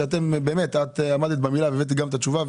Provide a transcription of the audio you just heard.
באמת את עמדת במילה והבאת לי גם את התשובה,